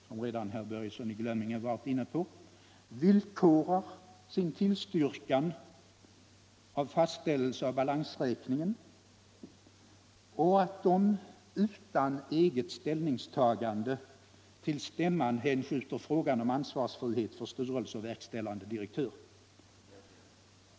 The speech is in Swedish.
som herr Börjesson i Glömminge redan varit inne på, villkorar sin tillstyrkan av fastställelse av balansräkningen och att de utan eget ställningstagande till stämman hänskjuter frågan om ansvarsfrihet för styrelse och verkställande direktör.